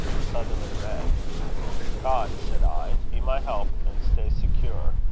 sutherland read god, said i, be my help and stay secure!